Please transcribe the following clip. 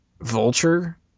Vulture